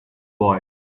boy